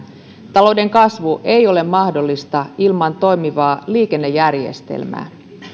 talouden kasvu ei ole mahdollista ilman toimivaa liikennejärjestelmää